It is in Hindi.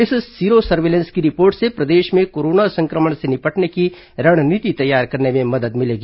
इस सीरो सर्विलेंस की रिपोर्ट से प्रदेश में कोरोना संक्रमण से निपटने की रणनीति तैयार करने में मदद मिलेगी